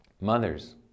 Mothers